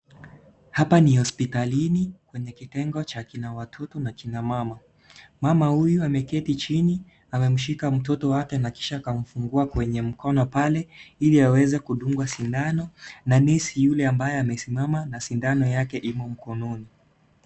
Hapa ni hospitalini kwenye kitengo cha kina watoto na kina mama. Mama huyu ameketi chini, amemshika mtoto wake na kisha kamfungua kwenye mkono pale ili aweze kudungwa sindano, na nesi yule ambaye amesimama na sindano yake imo mkononi.